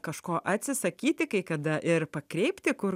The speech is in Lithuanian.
kažko atsisakyti kai kada ir pakreipti kur